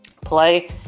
play